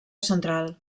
central